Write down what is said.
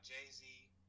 Jay-Z